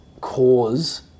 cause